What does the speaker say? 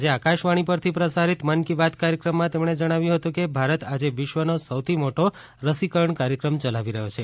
આજે આકાશવાણી પરથી પ્રસારિત મન કી બાત કાર્યક્રમમાં તેમણે જણાવ્યું હતું કે ભારત આજે વિશ્વનો સૌથી મોટો રસીકરણ કાર્યક્રમ ચલાવી રહ્યો છે